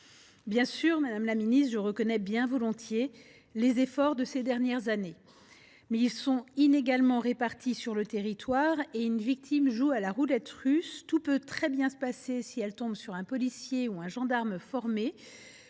Certes, madame la ministre, je reconnais bien volontiers les efforts de ces dernières années. Mais ils sont inégalement répartis sur le territoire et une victime joue à la roulette russe : tout peut très bien se passer si elle tombe sur un policier formé,